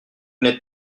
n’êtes